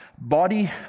Body